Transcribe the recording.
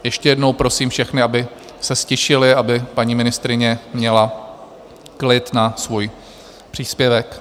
Ještě jednou prosím všechny, aby se ztišili, aby paní ministryně měla klid na svůj příspěvek.